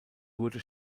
wurde